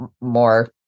more